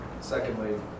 secondly